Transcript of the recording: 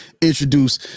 introduce